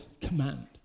command